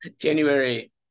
January